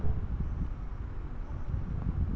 Matured হওয়া টাকাটা কি একাউন্ট থাকি অটের নাগিবে?